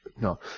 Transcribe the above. No